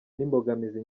n’imbogamizi